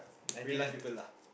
real life people ah